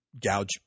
gouge